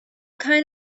kind